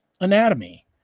anatomy